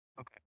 Okay